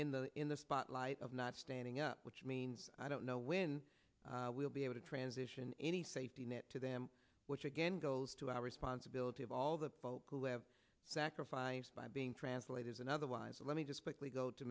in the in the spotlight of not standing up which means i don't know when we'll be able to transition any safety net to them which again goes to our responsibility of all the folks who have sacrificed by being translators an otherwise let me just